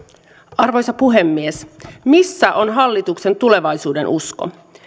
arvoisa puhemies missä on hallituksen tulevaisuudenusko